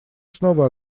снова